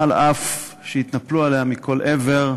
אף שהתנפלו עליה מכל עבר,